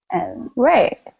Right